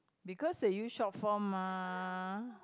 because they use short form mah